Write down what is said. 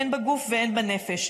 הן בגוף והן בנפש.